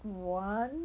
one